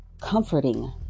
comforting